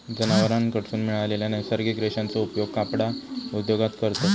जनावरांकडसून मिळालेल्या नैसर्गिक रेशांचो उपयोग कपडा उद्योगात करतत